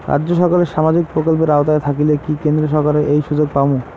রাজ্য সরকারের সামাজিক প্রকল্পের আওতায় থাকিলে কি কেন্দ্র সরকারের ওই সুযোগ পামু?